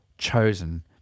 chosen